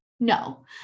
No